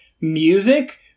music